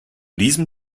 diesem